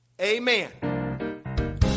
Amen